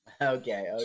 Okay